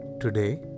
Today